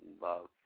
love